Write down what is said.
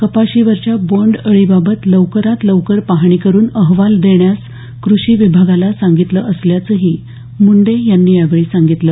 कपाशीवरच्या बोंड अळीबाबत लवकरात लवकर पाहणी करून अहवाल देण्यास कृषी विभागाला सांगितलं असल्याचंही मुंडे यांनी यावेळी सांगितलं